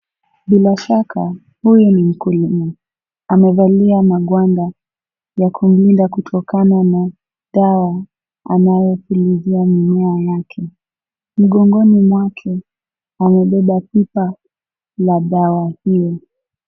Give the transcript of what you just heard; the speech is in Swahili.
Bila shaka huyu ni mkulima. Amevalia magwanda ya kulinda kutokana na dawa anayopulizia mimea yake. Mgongoni mwake amebeba pipa la dawa hili.